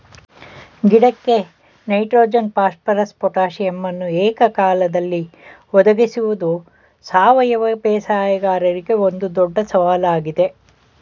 ಗಿಡಕ್ಕೆ nitrogen phosphorus ಪೊಟಾಸಿಯಮನ್ನು ಏಕಕಾಲದಲ್ಲಿ ಒದಗಿಸುವುದು ಸಾವಯವ ಬೇಸಾಯಗಾರರಿಗೆ ಒಂದು ದೊಡ್ಡ ಸವಾಲಾಗಿದೆ